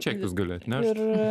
čekius gali atnešt